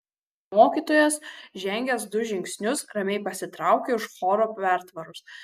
mokytojas žengęs du žingsnius ramiai pasitraukė už choro pertvaros